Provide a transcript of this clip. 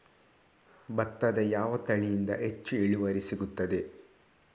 ಭತ್ತದ ಯಾವ ತಳಿಯಿಂದ ಹೆಚ್ಚು ಇಳುವರಿ ಸಿಗುತ್ತದೆ?